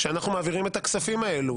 כשאנחנו מעבירים את הכספים האלו,